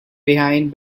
behind